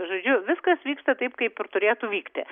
žodžiu viskas vyksta taip kaip ir turėtų vykti